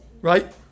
Right